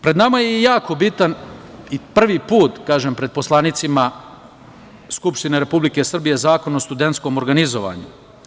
Pred nama je i jako bitan i prvi put pred poslanicima Skupštine Republike Srbije zakon o studentskom organizovanju.